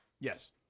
Yes